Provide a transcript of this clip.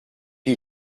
you